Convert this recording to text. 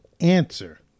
answer